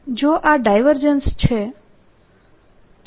જો આ ડાયવર્જન્સ છે તો